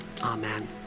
Amen